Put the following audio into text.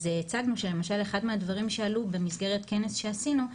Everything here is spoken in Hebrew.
אז הצגנו שלמשל אחד מהדברים שעלו במסגרת כנס שעשינו,